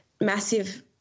massive